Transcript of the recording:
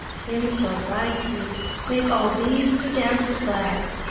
him so bright he make all leaves to dance with glad.